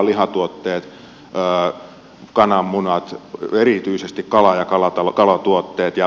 lihatuotteet kananmunat sekä erityisesti kala ja kalatuotteet